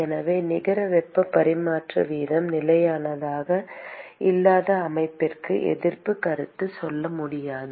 எனவே நிகர வெப்ப பரிமாற்ற வீதம் நிலையானதாக இல்லாத அமைப்பிற்கு எதிர்ப்புக் கருத்து செல்லுபடியாகாது